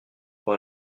pour